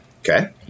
Okay